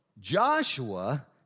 Joshua